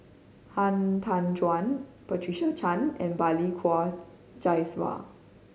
Han Tan Juan Patricia Chan and Balli Kaur Jaswal